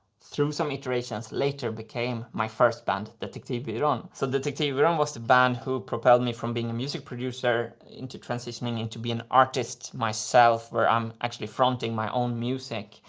through some iterations, later became my first band detektivbyran. so detektivbyran was the band who propelled me from being a music producer into transitioning into being artist myself, where i'm actually fronting my own music.